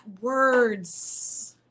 words